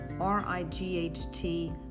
R-I-G-H-T